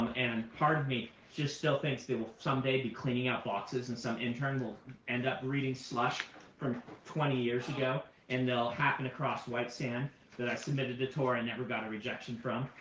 and part of me still thinks they will someday be cleaning out boxes and some intern will end up reading slush from twenty years ago, and they'll happen across white sand that i submitted to tor and never got a rejection from.